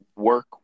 work